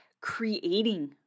creating